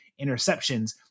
interceptions